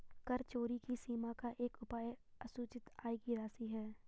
कर चोरी की सीमा का एक उपाय असूचित आय की राशि है